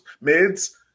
Mids